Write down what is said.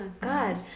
god